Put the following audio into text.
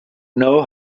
know